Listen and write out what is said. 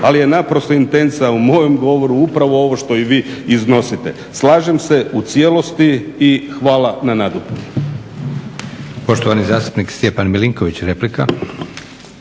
ali je naprosto intenca u mojem govoru upravo ovo što i vi iznosite. Slažem se u cijelosti i hvala na nadopuni.